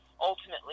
ultimately